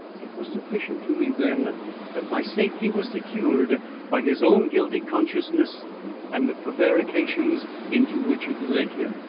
it was sufficient to me then that my safety was secured by his own guilty consciousness and the prevarications into which it led him.